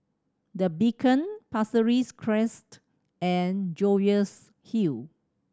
The Beacon Pasir Ris Crest and Jervois Hill